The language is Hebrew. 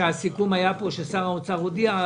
הסיכום היה פה ששר האוצר הודיע.